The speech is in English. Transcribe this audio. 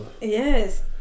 Yes